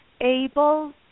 able